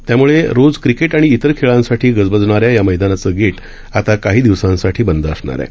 त्यामुळे रोज क्रिकेट आणि इतर खेळांसाठी गजबजणाऱ्या या मैदानाचं गेट आता काही दिवसांसाठी बंद असणार आहे